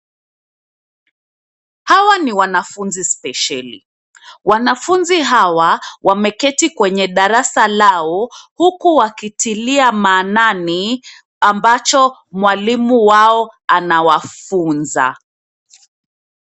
Hawa ni wanafunzi spesheli, wanafunzi hawa wameketi kwenye darasa lao huku wakitilia maanani ambacho mwalimu wao anawafunza.